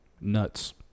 Nuts